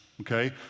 okay